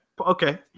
Okay